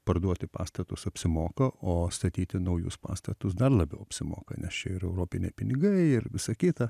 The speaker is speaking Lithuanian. parduoti pastatus apsimoka o statyti naujus pastatus dar labiau apsimoka nes čia ir europiniai pinigai ir visa kita